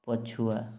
ପଛୁଆ